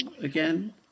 again